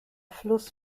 fluss